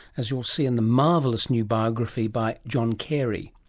as you'll see in the marvellous new biography by john carey.